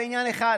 זה עניין אחד,